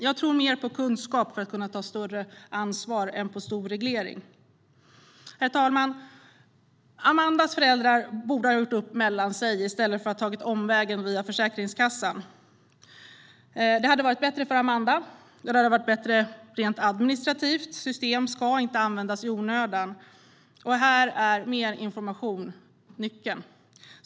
Jag tror mer på kunskap än på stor reglering för att kunna ta mer ansvar. Herr talman! Amandas föräldrar borde ha gjort upp mellan sig i stället för att ta omvägen via Försäkringskassan. Det hade varit bättre för Amanda, och det hade varit bättre rent administrativt - system ska inte användas i onödan. Här är mer information nyckeln.